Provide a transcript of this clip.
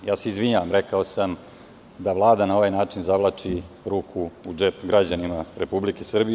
Izvinjavam se, rekao sam da Vlada na ovaj način zavlači ruku u džep građanima Republike Srbije.